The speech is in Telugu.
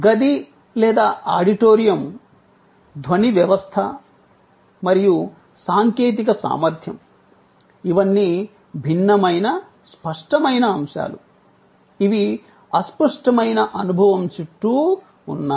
గది లేదా ఆడిటోరియం ధ్వని వ్యవస్థ మరియు సాంకేతిక సామర్ధ్యం ఇవన్నీ భిన్నమైన స్పష్టమైన అంశాలు ఇవి అస్పష్టమైన అనుభవం చుట్టూ ఉన్నాయి